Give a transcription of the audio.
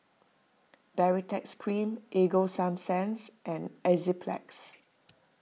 Baritex Cream Ego Sunsense and Enzyplex